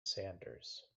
sanders